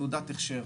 יש פה גם דיווח,